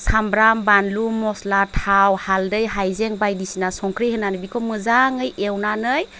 सामब्राम बानलु मस्ला थाव हालदै हाइजें बायदिसिना संख्रि होनानै बेखौ मोजाङै एवनानै